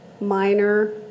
minor